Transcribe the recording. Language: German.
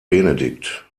benedikt